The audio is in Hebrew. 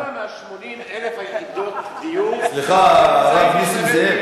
כמה מ-80,000 יחידות הדיור, סליחה, הרב נסים זאב,